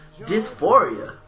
dysphoria